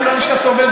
כל פעם שאתה סובל,